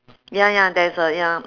ya ya there is a ya